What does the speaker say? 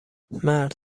مرد